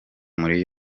muri